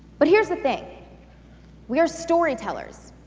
but here's the thing we are storytellers.